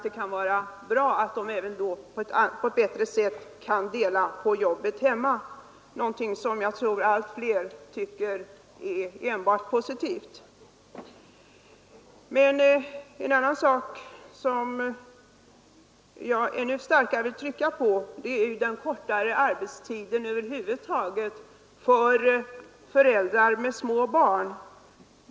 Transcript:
De kan då även på ett bättre sätt dela upp hemarbetet, något som jag tror att allt fler tycker är enbart positivt. Ett annat önskemål som jag ännu starkare vill trycka på är en generellt kortare arbetstid för föräldrar med små barn.